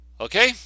Okay